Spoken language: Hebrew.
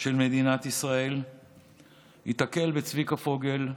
של מדינת ישראל ייתקל בצביקה פוגל לוחם,